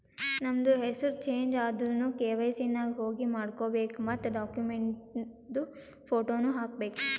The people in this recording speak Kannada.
ನಮ್ದು ಹೆಸುರ್ ಚೇಂಜ್ ಆದುರ್ನು ಕೆ.ವೈ.ಸಿ ನಾಗ್ ಹೋಗಿ ಮಾಡ್ಕೋಬೇಕ್ ಮತ್ ಡಾಕ್ಯುಮೆಂಟ್ದು ಫೋಟೋನು ಹಾಕಬೇಕ್